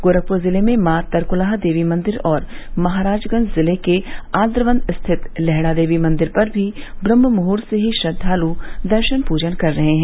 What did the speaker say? गोरखपुर जिले में मॉ तरकुलहा देवी मंदिर और महराजगंज जिले के आद्रवन स्थित लेहड़ा देवी मंदिर पर भी ब्रम्हमुहूर्त से श्रद्वालु दर्शन पूजन कर रहे हैं